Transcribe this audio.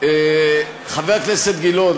חבר הכנסת גילאון,